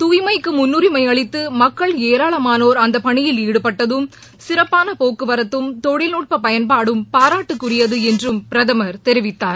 துய்மைக்கு முன்னுிமை அளித்து மக்கள் ஏராளமானோர் அந்த பணியில் ஈடுபட்டதும் சிறப்பான போக்குவரத்தும் தொழில்நுட்ப பயன்பாடும் பாராட்டுக்குியது என்றும் பிரதமர் தெரிவித்தார்